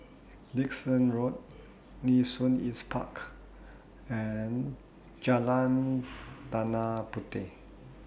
Dickson Road Nee Soon East Park and Jalan Tanah Puteh